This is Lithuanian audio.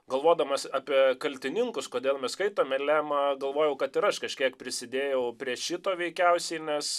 galvodamas apie kaltininkus kodėl mes skaitome lemą galvojau kad ir aš kažkiek prisidėjau prie šito veikiausiai nes